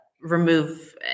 remove